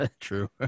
True